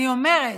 אני אומרת: